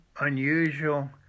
unusual